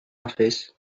office